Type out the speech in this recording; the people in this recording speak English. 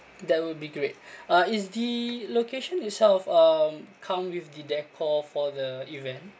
that would be great uh is the location itself um come with the decor for the event